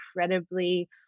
incredibly